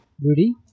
Rudy